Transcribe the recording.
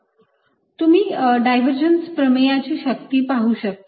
AdVdVL3 तुम्ही divergence प्रमेयची शक्ती पाहू शकता